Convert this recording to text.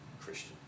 Christian